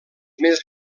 més